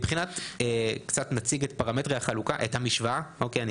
נציג קצת את פרמטרי החלוקה, את המשוואה.